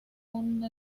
uno